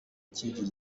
kigira